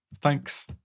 thanks